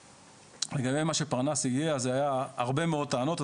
לגבי מה שפרנס הביא, אלו היו הרבה מאות טענות.